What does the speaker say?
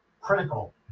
critical